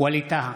ווליד טאהא,